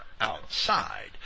outside